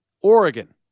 Oregon